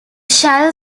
shall